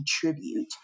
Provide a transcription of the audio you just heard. contribute